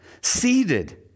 seated